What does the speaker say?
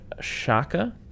shaka